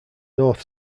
north